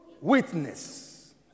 witness